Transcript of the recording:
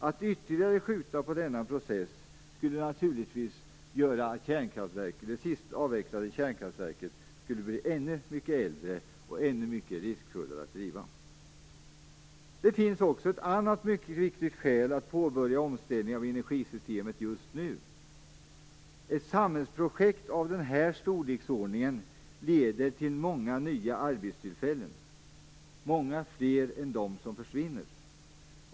Att ytterligare skjuta på denna process skulle naturligtvis göra att det sist avvecklade kärnkraftverket skulle bli ännu mycket äldre och ännu mycket mer riskfyllt att driva. Det finns också ett annat viktigt skäl att påbörja omställningen av energisystemet just nu. Ett samhällsprojekt av denna storleksordning leder till många nya arbetstillfällen, många fler än de som försvinner.